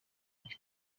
myaka